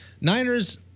Niners